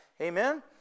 Amen